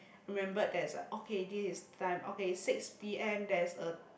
remembered there's like okay this is time okay six P_M there is a